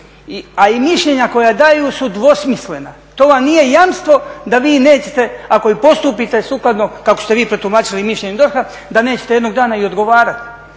a i mišljenja koja daju su dvosmislena. To vam nije jamstvo da vi nećete, ako i postupite sukladno kako ste vi protumačili mišljenje DORH-a da nećete jednog dana i odgovarati.